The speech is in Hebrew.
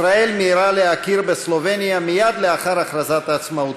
ישראל מיהרה להכיר בסלובניה מייד לאחר הכרזת עצמאותה.